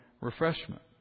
refreshment